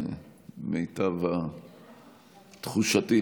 למיטב תחושתי,